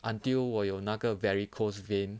until 我有那个 varicose vein